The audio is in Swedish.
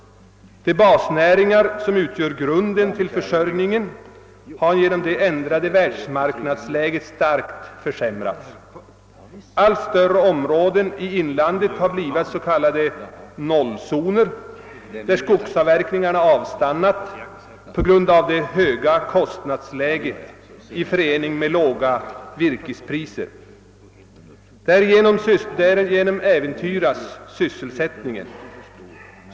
De basnäringar som utgör grunden till försörjningen har genom det ändrade världsmarknadsläget starkt försämrats. Allt större områden i inlandet har blivit s.k. nollzoner, där skogsavverkningarna avstannat på grund av det höga kostnadsläget i förening med låga virkespriser. Därigenom äventyras sysselsättningen.